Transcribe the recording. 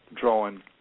drawing